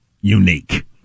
unique